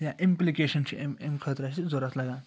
یا اِمپلِکیشَن چھِ اَمہِ خٲطرٕ اَسہِ ضوٚرتھ لَگان